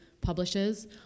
publishes